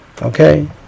Okay